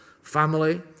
family